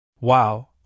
Wow